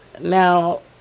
Now